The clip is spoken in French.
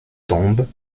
tombe